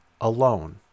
alone